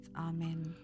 Amen